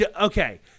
okay